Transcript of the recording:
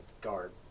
guard